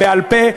בעל-פה,